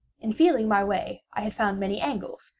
in feeling my way i had found many angles,